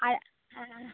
আর হ্যাঁ